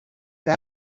poor